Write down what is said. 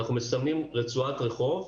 אנחנו מסמנים רצועת רחוב,